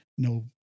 No